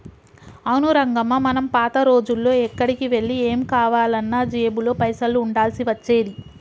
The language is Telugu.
అవును రంగమ్మ మనం పాత రోజుల్లో ఎక్కడికి వెళ్లి ఏం కావాలన్నా జేబులో పైసలు ఉండాల్సి వచ్చేది